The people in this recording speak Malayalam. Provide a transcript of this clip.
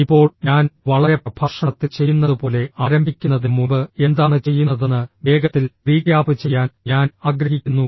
ഇപ്പോൾ ഞാൻ വളരെ പ്രഭാഷണത്തിൽ ചെയ്യുന്നതുപോലെ ആരംഭിക്കുന്നതിന് മുമ്പ് എന്താണ് ചെയ്യുന്നതെന്ന് വേഗത്തിൽ റീക്യാപ്പ് ചെയ്യാൻ ഞാൻ ആഗ്രഹിക്കുന്നു